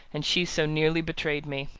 and she so nearly betrayed me.